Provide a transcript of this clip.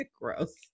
gross